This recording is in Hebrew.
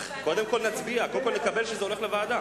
קודם כול נחליט שזה הולך לוועדה.